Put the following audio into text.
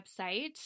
website